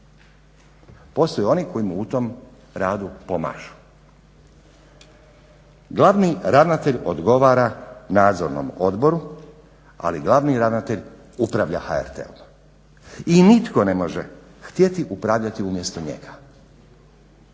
Postoje oni koji mu u tom radu pomažu. Glavni ravnatelj odgovara Nadzornom odboru, ali glavni ravnatelj upravlja HRT-om i nitko ne može htjeti upravljati umjesto njega.